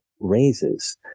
raises